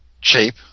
shape